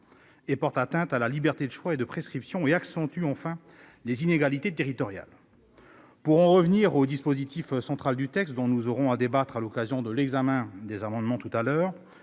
», porte atteinte à la liberté de choix et de prescription et, enfin, accentue les inégalités territoriales. Pour en revenir au dispositif central du texte, dont nous aurons à débattre à l'occasion de l'examen des amendements, j'entends